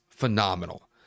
phenomenal